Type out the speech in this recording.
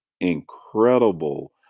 incredible